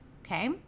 okay